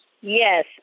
Yes